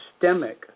systemic